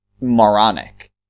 moronic